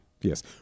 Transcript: Yes